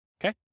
okay